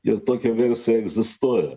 ir tokia versija egzistuoja